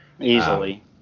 easily